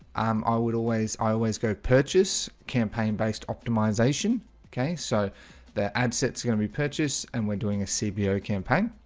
um i would always i always go purchase campaign based optimization okay, so their ad sets are gonna be purchased and we're doing a cbo campaign.